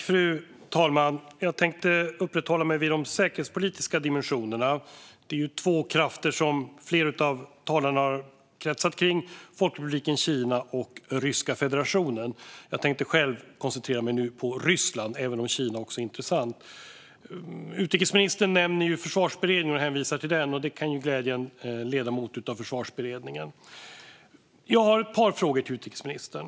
Fru talman! Jag tänker uppehålla mig vid de säkerhetspolitiska dimensionerna. Det är två krafter som flera av talarna har kretsat kring: Folkrepubliken Kina och Ryska federationen. Jag tänker själv nu koncentrera mig på Ryssland, även om också Kina är intressant. Utrikesministern nämner Försvarsberedningen och hänvisar till den, och det kan ju glädja en ledamot av Försvarsberedningen. Jag vill ta upp ett par frågor med utrikesministern.